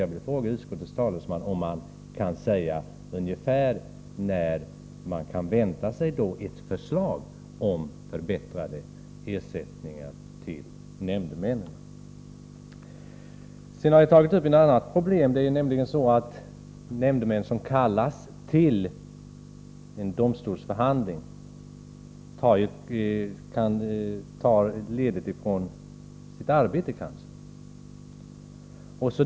Jag vill fråga utskottets talesman om han kan säga ungefär när man kan vänta sig ett förslag om förbättrad ersättning till nämndemän. Vidare har jag tagit upp ett annat problem, nämligen följande. En nämndeman som kallas till en domstolsförhandling kanske tar ledigt från sitt arbete.